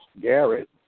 Garrett